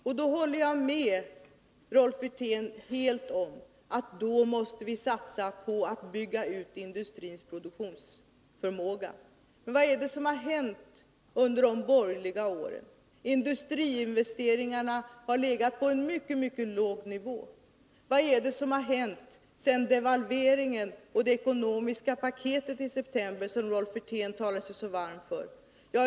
Jag håller helt med Rolf Wirtén om att vi då måste satsa på att bygga ut industrins produktionsförmåga. Men vad är det som har hänt under de borgerliga åren? Industriinvesteringarna har legat på en mycket låg nivå. Vad är det som har hänt sedan devalveringen och det ekonomiska paketet i september, som Rolf Wirtén talar sig så varm för?